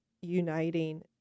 uniting